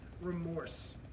remorse